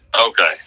okay